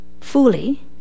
fully